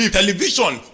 television